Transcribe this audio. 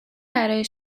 برای